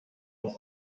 dans